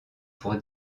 pour